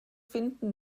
finden